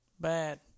Bad